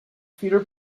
peter